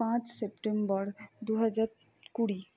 পাঁচ সেপ্টেম্বর দু হাজার কুড়ি